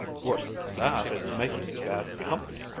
worse than that, it's making me bad company!